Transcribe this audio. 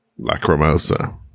Lacrimosa